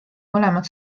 mõlemad